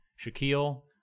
Shaquille